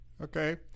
Okay